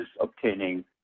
obtaining